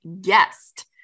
guest